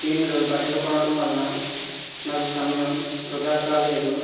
దీనిలో బట్టలు కొనడం వలన నాకు సమయం వృథా కాలేదు